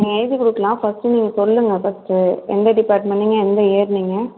நீ எழுதி கொடுக்கலாம் ஃபர்ஸ்ட்டு நீங்கள் சொல்லுங்கள் ஃபர்ஸ்ட்டு எந்த டிப்பார்ட்மென்ட் நீங்கள் எந்த இயர் நீங்கள்